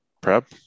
prep